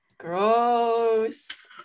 gross